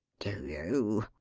do you?